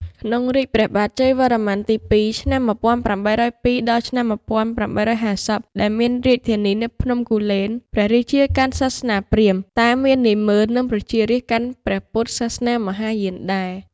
ក្នុងរាជ្យព្រះបាទជ័យវរ្ម័នទី ២ (ឆ្នាំ ៨០២-៨៥០) ដែលមានរាជធានីនៅភ្នំគូលែន ព្រះរាជាកាន់សាសនាព្រាហ្មណ៍ តែមាននាម៉ឺន និងប្រជារាស្រ្តកាន់ព្រះពុទ្ធសាសនាមហាយានដែរ ។